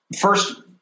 First